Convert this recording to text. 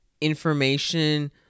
information